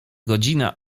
godzina